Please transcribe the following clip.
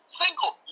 single